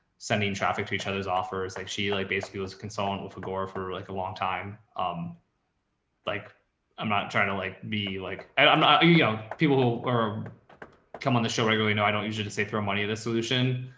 sending traffic to each other's offers. like she like basically was a consultant with a gore for like a long time. um like i'm not trying to like, be like, i'm not young people who are come on the show regularly. no, i don't usually to say throw money at this solution.